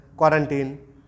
quarantine